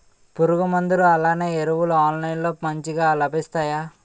పురుగు మందులు అలానే ఎరువులు ఆన్లైన్ లో మంచిగా లభిస్తాయ?